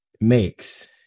makes